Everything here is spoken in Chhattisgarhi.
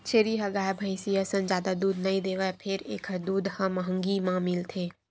छेरी ह गाय, भइसी असन जादा दूद नइ देवय फेर एखर दूद ह महंगी म मिलथे